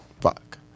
Fuck